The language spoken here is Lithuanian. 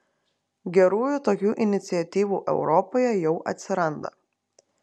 gerųjų tokių iniciatyvų europoje jau atsiranda